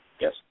Yes